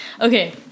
okay